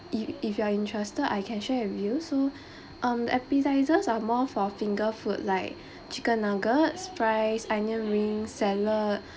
if if you are interested I can share with you so um appetisers are more for finger food like chicken nuggets fries onion ring salad